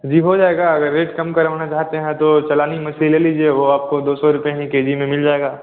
जी हो जाएगा अगर रेट कम करवाना चाहते हैं तो चलानी मछली ले लीजिए वह आपको दो सौ रुपये ही के जी में मिल जाएगा